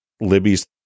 Libby's